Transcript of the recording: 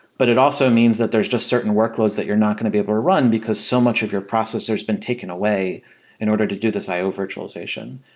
but it also means that there's just certain workloads that you're not going to be able run because so much of your processor has been taken away in order to do this i o virtualization.